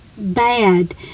bad